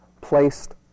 placed